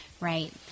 right